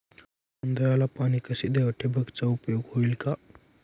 तांदळाला पाणी कसे द्यावे? ठिबकचा उपयोग होईल का?